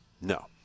No